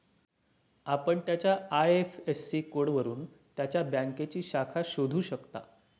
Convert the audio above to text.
आपण त्याच्या आय.एफ.एस.सी कोडवरून त्याच्या बँकेची शाखा शोधू शकता